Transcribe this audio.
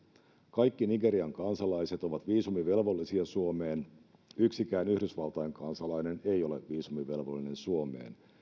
kaikki nigerian kansalaiset ovat viisumivelvollisia suomeen yksikään yhdysvaltain kansalainen ei ole viisumivelvollinen suomeen